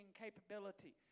capabilities